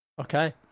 Okay